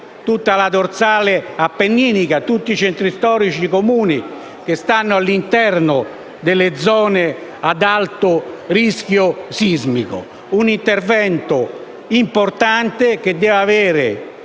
tutta la dorsale appenninica, tutti i centri storici dei Comuni che si trovano all'interno delle zone ad alto rischio sismico: un intervento importante che deve avere